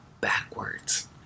backwards